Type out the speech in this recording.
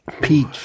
Peach